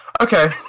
Okay